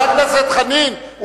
חבר הכנסת חנין,